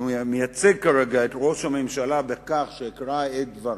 שמייצג כרגע את ראש הממשלה בכך שאקרא את דבריו,